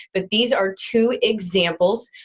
but these are two examples,